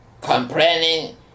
complaining